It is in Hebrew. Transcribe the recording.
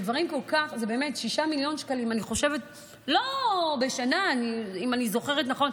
זה 6 מיליון שקלים בשנה, אם אני זוכרת נכון,